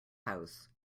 house